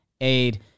aid